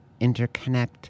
interconnect